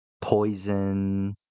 Poison